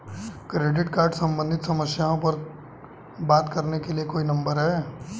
Credit card सम्बंधित समस्याओं पर बात करने के लिए कोई नंबर है?